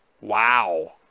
Wow